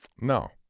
No